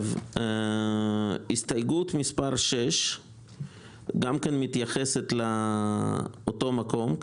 הסתייגות מס' 6 גם כן מתייחסת לאותו מקום,